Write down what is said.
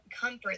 comfort